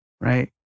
Right